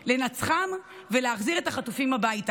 לנצחם ולהחזיר את החטופים הביתה.